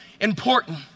important